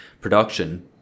production